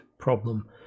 Problem